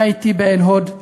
אני הייתי בעין-הוד,